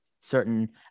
certain